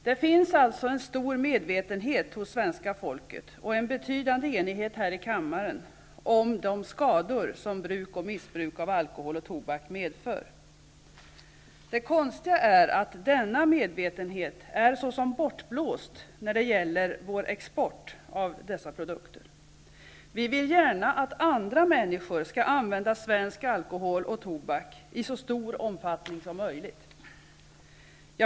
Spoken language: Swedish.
Det finns alltså en stor medvetenhet hos svenska folket och en betydande enighet här i kammaren om de skador som bruk och missbruk av alkohol och tobak medför. Det konstiga är att denna medvetenhet är såsom bortblåst när det gäller vår export av dessa produkter. Vi vill gärna att andra människor skall använda svensk alkohol och tobak i så stor omfattning som möjligt.